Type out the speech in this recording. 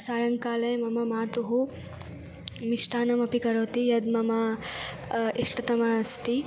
सायङ्काले मम मातुः मिष्टान्नमपि करोति यद् मम इष्टतमम् अस्ति